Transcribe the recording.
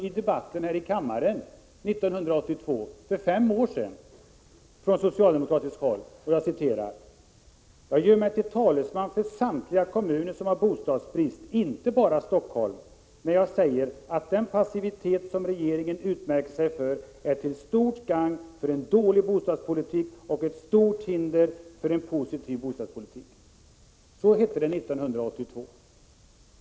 I debatten här i kammaren 1982, alltså för fem år sedan, sade socialdemokraternas företrädare: ”Jag gör mig till talesman för samtliga kommuner som har bostadsbrist, inte bara Stockholm, när jag säger att den passivitet som regeringen utmärkt sig för är till stort gagn för en dålig bostadspolitik och ett stort hinder för en positiv bostadspolitik.” Så hette det 1982.